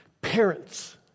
Parents